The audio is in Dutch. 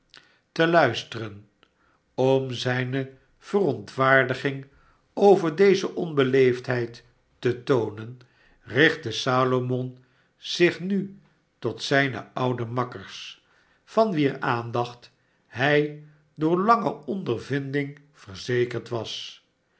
te luisteren om zijne verontwaardiging over deze onbeleefdheid te toonen richtte salomon zich nu tot zijne oude makkers van wier aandacht hij door lange ondervinding verzekerd was